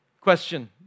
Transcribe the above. Question